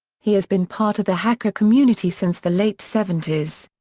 he has been part of the hacker community since the late seventy s.